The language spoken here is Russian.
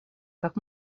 как